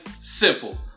Simple